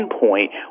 pinpoint